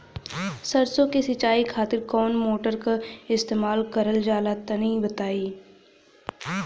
सरसो के सिंचाई खातिर कौन मोटर का इस्तेमाल करल जाला तनि बताई?